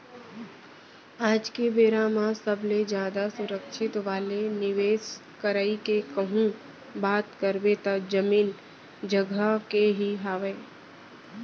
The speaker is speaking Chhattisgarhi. आज के बेरा म सबले जादा सुरक्छित वाले निवेस करई के कहूँ बात करबे त जमीन जघा के ही हावय